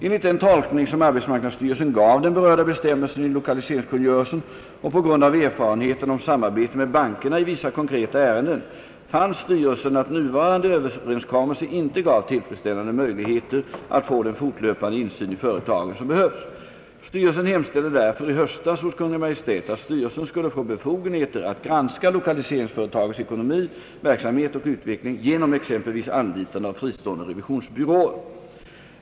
Enligt den tolkning som arbetsmarknadsstyrelsen gav den berörda bestämmelsen i lokaliseringskungörelsen och på grund av erfarenheterna av samarbetet med bankerna i vissa konkreta ärenden fann styrelsen att nuvarande överenskommelse inte gav tillfredsställande möjligheter att få den fortlöpande insyn i företagen som behövs. Styrelsen hemställde därför i höstas hos Kungl. Maj:t att styrelsen skulle få befogenheter att granska lokaliseringsföretagets ekonomi, verksamhet och utveckling genom exempelvis anlitande av fristående revisionsbyråer.